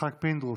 יצחק פינדרוס,